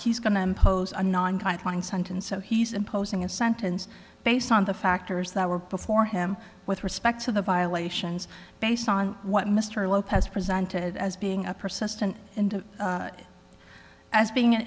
he's going to impose a non quite fine sentence so he's imposing a sentence based on the factors that were before him with respect to the violations based on what mr lopez presented as being a persistent and as being an